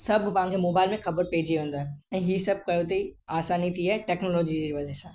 सभु पंहिंजे मोबाइल में ख़बर पइजी वेंदो आहे ऐं हीउ सभु कयो अथईं आसानी थी आहे टेक्नोलॉजी जी वजह सां